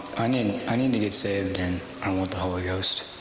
i need, i need to get saved, and i want the holy ghost.